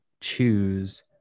choose